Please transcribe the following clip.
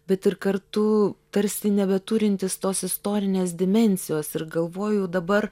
bet ir kartu tarsi nebeturintis tos istorinės dimensijos ir galvojau dabar